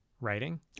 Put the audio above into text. writing